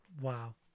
wow